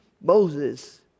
Moses